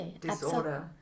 disorder